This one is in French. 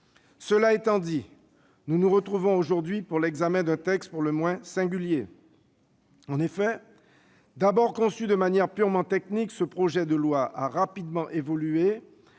Cela étant dit, nous nous retrouvons aujourd'hui pour l'examen d'un texte pour le moins singulier. En effet, d'abord conçu de manière purement technique, ce projet de loi a rapidement évolué